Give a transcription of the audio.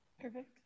Perfect